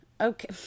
Okay